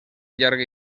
llarga